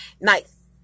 Nice